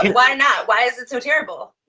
why not? why is it so terrible?